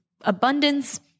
abundance